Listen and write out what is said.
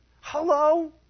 Hello